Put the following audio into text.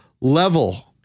level